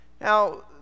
Now